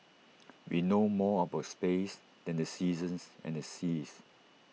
we know more about space than the seasons and the seas